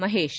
Mahesh